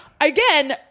Again